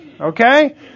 okay